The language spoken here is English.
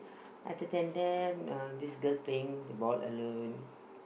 other than that uh this girl playing the ball alone